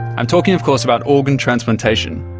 i'm talking of course about organ transplantation.